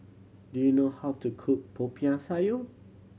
do you know how to cook Popiah Sayur